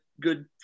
good